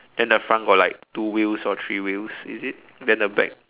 then the front got like two wheels or three wheels is it then the back